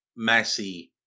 Messi